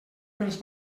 pels